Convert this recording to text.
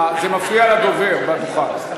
זה מפריע לדובר בדוכן,